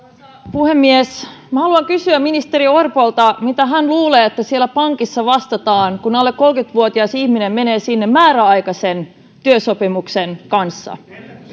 puhemies haluan kysyä ministeri orpolta mitä hän luulee että siellä pankissa vastataan kun alle kolmekymmentä vuotias ihminen menee sinne määräaikaisen työsopimuksen kanssa